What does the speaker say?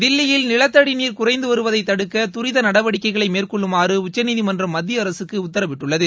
தில்லியில் நிலத்தடிநீர் குறைந்துவருவதை தடுக்க துரித நடவடிக்கைகளை மேற்கொள்ளுமாறு உச்சநீதிமன்றம் மத்தியஅரசுக்கு உத்தரவிட்டுள்ளது